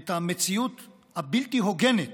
את המציאות הבלתי-הוגנת.